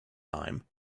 time